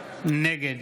נגד